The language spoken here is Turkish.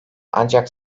ancak